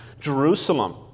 Jerusalem